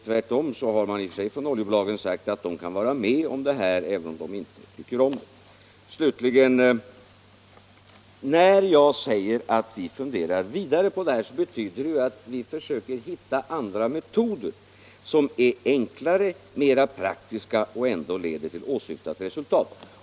Oljebolagen har tvärtom sagt att de kan gå med på det här systemet, även om de inte tycker om det. När jag säger att vi funderar vidare på problemet, betyder det att vi försöker hitta andra metoder som är enklare, mera praktiska och ändå leder till åsyftat resultat.